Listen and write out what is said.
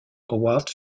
howard